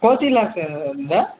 कति लाग्छ दादा